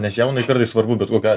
nes jaunai kartai svarbu bet kokiu